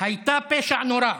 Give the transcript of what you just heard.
הייתה פשע נורא,